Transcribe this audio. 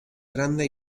grande